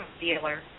dealer